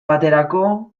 baterako